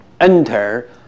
enter